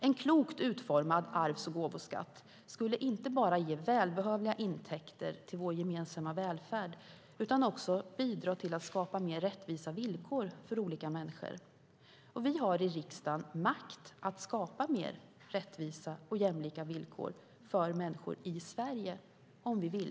En klokt utformad arvs och gåvoskatt skulle inte bara ge välbehövliga intäkter till vår gemensamma välfärd utan också bidra till att skapa mer rättvisa villkor för olika människor. Vi har i riksdagen makt att skapa mer rättvisa och jämlika villkor för människor i Sverige - om vi vill.